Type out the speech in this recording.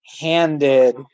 handed